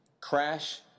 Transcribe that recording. Crash